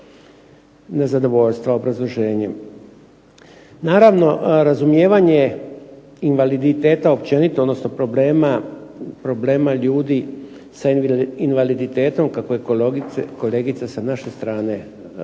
nezadovoljstva obrazloženjem. Naravno, razumijevanje invaliditeta općenito odnosno problema ljudi sa invaliditetom, kako je kolegice sa naše strane